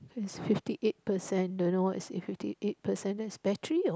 is fifty eight percent don't know what is fifty eight percent that's battery or what